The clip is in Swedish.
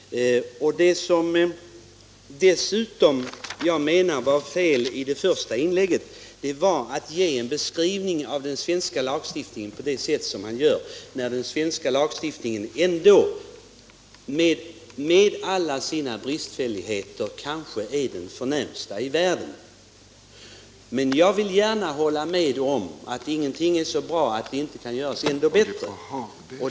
Ett annat fel, som jag menar att herr Hagberg gjorde i sitt första inlägg, var att beskriva den svenska lagstiftningen på det sätt som han gjorde. Den svenska lagstiftningen med alla sina bristfälligheter är kanske ändå den förnämsta i världen. Jag vill gärna hålla med herr Hagberg om att ingenting är så bra att det inte kan göras bättre.